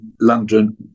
London